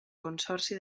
consorci